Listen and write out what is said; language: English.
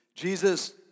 Jesus